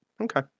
okay